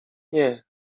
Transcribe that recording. nie